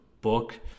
book